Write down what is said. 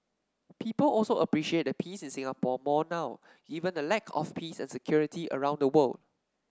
people also appreciate the peace in Singapore more now given the lack of peace and security around the world